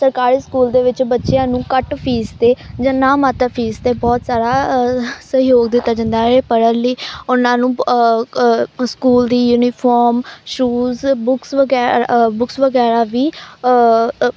ਸਰਕਾਰੀ ਸਕੂਲ ਦੇ ਵਿੱਚ ਬੱਚਿਆਂ ਨੂੰ ਘੱਟ ਫੀਸ 'ਤੇ ਜਾਂ ਨਾ ਮਾਤਰ ਫੀਸ 'ਤੇ ਬਹੁਤ ਸਾਰਾ ਅਹ ਸਹਿਯੋਗ ਦਿੱਤਾ ਜਾਂਦਾ ਹੈ ਪੜ੍ਹਨ ਲਈ ਉਹਨਾਂ ਨੂੰ ਬ ਅ ਸਕੂਲ ਦੀ ਯੂਨੀਫਾਰਮ ਸ਼ੂਜ ਬੁੱਕਸ ਵਗੈਰ ਬੁੱਕਸ ਵਗੈਰਾ ਵੀ ਅ